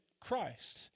Christ